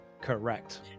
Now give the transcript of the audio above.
Correct